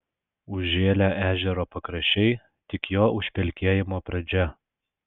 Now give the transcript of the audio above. užžėlę ežero pakraščiai tik jo užpelkėjimo pradžia